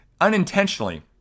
unintentionally